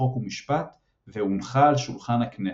חוק ומשפט והונחה על שולחן הכנסת.